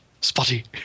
spotty